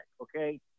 okay